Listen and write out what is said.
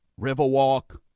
Riverwalk